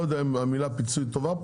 לא יודע אם המילה פיצוי טובה פה.